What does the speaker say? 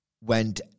went